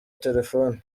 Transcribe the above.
telephone